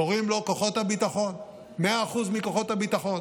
קוראים לו כוחות הביטחון, 100% מכוחות הביטחון.